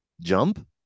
Jump